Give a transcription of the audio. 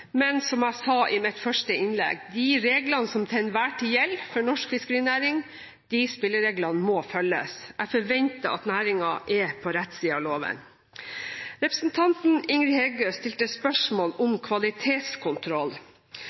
men som jeg sa i mitt første innlegg: De spillereglene som til enhver tid gjelder for norsk fiskerinæring, må følges. Jeg forventer at næringen er på rett side av loven. Representanten Ingrid Heggø stilte spørsmål om kvalitetskontroll.